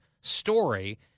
story